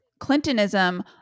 Clintonism